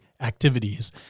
activities